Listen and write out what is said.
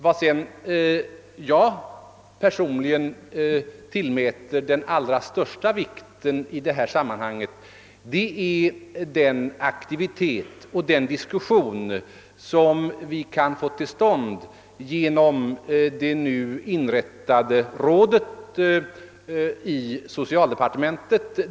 Vad sedan jag personligen tillmäter den allra största vikten i detta sammanhang är den aktivitet och den diskussion som vi kan få till stånd genom det nu inrättade rådet i socialdepartementet.